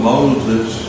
Moses